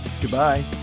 Goodbye